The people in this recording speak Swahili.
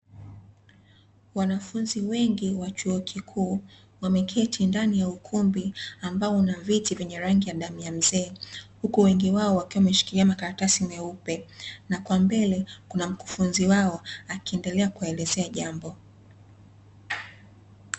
Wanafunzi wengi wa chuo kikuu wameketi ndani ya ukumbi ambao una viti vyenye rangi ya damu ya mzee, huku wengi wao wakiwa wameshikilia makaratasi meupe, na kwa mbele kuna mkufunzi wao akiendelea kuwaelezea jambo.